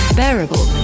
bearable